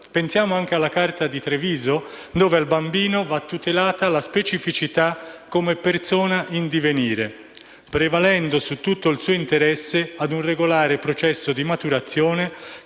Pensiamo anche alla Carta di Treviso secondo la quale al bambino va tutelata la specificità come persona in divenire, prevalendo su tutto il suo interesse ad un regolare processo di maturazione